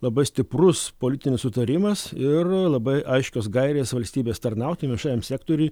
labai stiprus politinis sutarimas ir labai aiškios gairės valstybės tarnautojam viešajam sektoriui